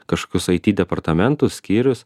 kažokius aiti departamentus skyrius